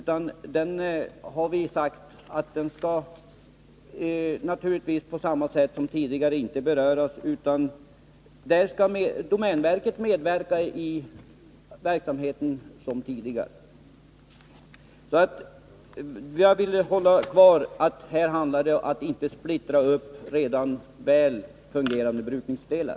Vi har betonat att den inte skall påverkas, utan i den verksamheten skall domänverket naturligtvis medverka liksom tidigare. Det handlar alltså här om att inte splittra upp redan väl fungerande brukningsdelar!